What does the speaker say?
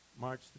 March